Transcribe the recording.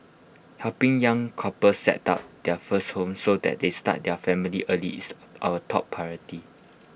helping young couples set up their first home so that they start their family early is our top priority